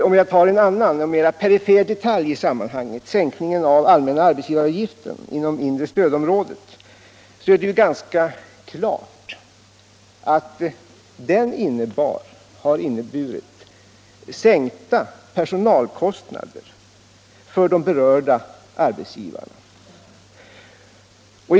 Om jag tar en annan och mera perifer detalj i sammanhanget, sänkningen av allmänna arbetsgivaravgiften inom det inre stödområdet, så är det ganska klart att den har inneburit sänkta personalkostnader för de berörda arbetsgivarna.